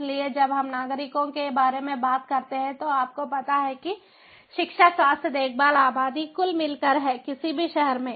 इसलिए जब हम नागरिकों के बारे में बात करते हैं तो आपको पता है कि शिक्षा स्वास्थ्य देखभाल आबादी कुल मिलाकर है किसी भी शहर में